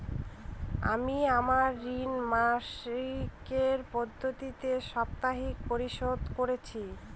আমি আমার ঋণ মাসিকের পরিবর্তে সাপ্তাহিক পরিশোধ করছি